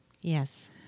Yes